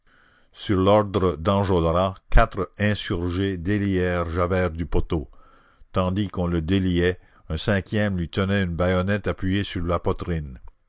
sur l'ordre d'enjolras quatre insurgés délièrent javert du poteau tandis qu'on le déliait un cinquième lui tenait une bayonnette appuyée sur la poitrine